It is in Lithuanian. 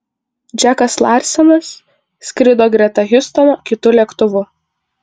džekas larsenas skrido greta hiustono kitu lėktuvu